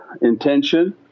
intention